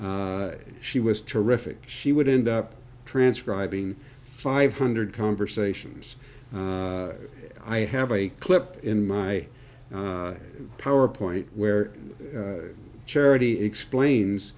she was terrific she would end up transcribing five hundred conversations i have a clip in my power point where charity explains